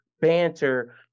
banter